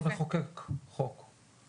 אנחנו נחוקק חוק.